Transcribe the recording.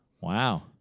Wow